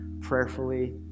prayerfully